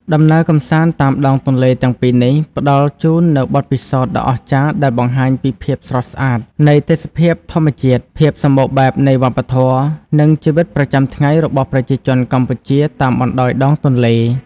ដំណើរកម្សាន្តតាមដងទន្លេទាំងពីរនេះ ផ្តល់ជូននូវបទពិសោធន៍ដ៏អស្ចារ្យដែលបង្ហាញពីភាពស្រស់ស្អាតនៃទេសភាពធម្មជាតិ ភាពសម្បូរបែបនៃវប្បធម៌ និងជីវិតប្រចាំថ្ងៃរបស់ប្រជាជនកម្ពុជាតាមបណ្តោយដងទន្លេ។